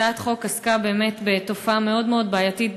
הצעת החוק עסקה בתופעה מאוד מאוד בעייתית,